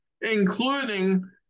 including